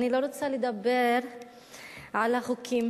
אני לא רוצה לדבר על החוקים